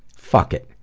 fuck it.